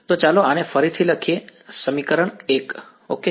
તો ચાલો આને ફરીથી લખીએ સમીકરણ 1 ઓકે